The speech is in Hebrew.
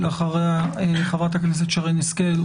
אחריה חברת הכנסת שרן השכל,